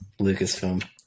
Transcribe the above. Lucasfilm